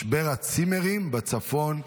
משבר הצימרים בצפון,